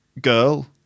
girl